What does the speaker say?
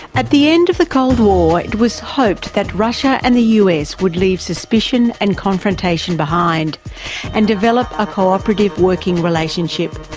at the end of the cold war it was hoped that russia and the us would leave suspicion and confrontation behind and develop a cooperative working relationship.